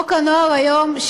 חוק הנוער היום,